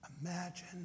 Imagine